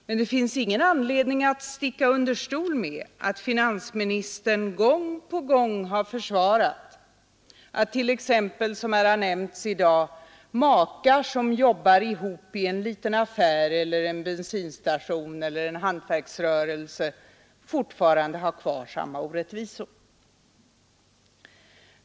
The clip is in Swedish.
Men det finns ingen anledning att sticka under stol med att finansministern gång på gång har försvarat att t.ex. — som här har nämnts i dag — makar som jobbar ihop i en liten affär eller en bensinstation eller en hantverksrörelse fortfarande har kvar samma orättvisor.